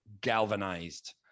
galvanized